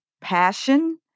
passion